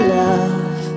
love